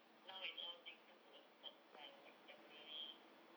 now it's all being put to a stop kan like temporary